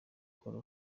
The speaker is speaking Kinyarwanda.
uhora